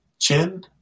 chin